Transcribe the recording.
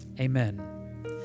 amen